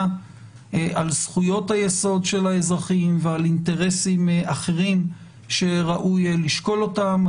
על זכויות היסוד של האזרחים ועל אינטרסים אחרים שראוי לשקול אותם.